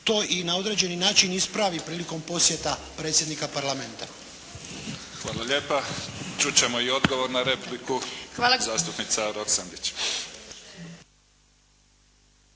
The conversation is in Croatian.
to i na određeni način ispravi prilikom posjeta predsjednika Parlamenta. **Mimica, Neven (SDP)** Hvala lijepa. Čut ćemo i odgovor na repliku. Zastupnica Roksandić.